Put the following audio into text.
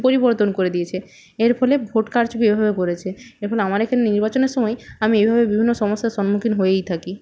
পরিবর্তন করে দিয়েছে এর ফলে ভোট কারচুপি এভাবে করেছে এর ফলে আমার এখানে নির্বাচনের সময় আমি এইভাবে বিভিন্ন সমস্যার সন্মুখীন হয়েই থাকি